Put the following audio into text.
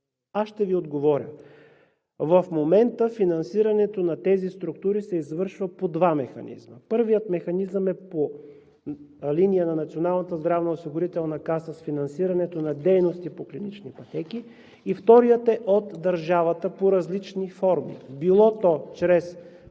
Аз ще Ви отговоря – в момента финансирането на тези структури се извършва по два механизма. Първият механизъм е по линия на Националната здравноосигурителна каса с финансирането на дейности по клинични пътеки. Вторият е от държавата под различни форми – било чрез